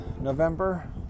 November